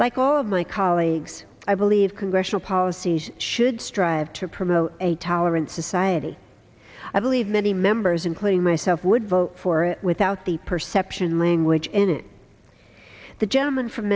like all of my colleagues i believe congressional policies should strive to promote a tolerant society i believe many members including myself would vote for it without the perception language in it the gentleman from